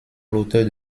l’auteur